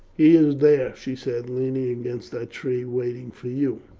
he is there, she said, leaning against that tree waiting for you.